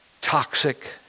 toxic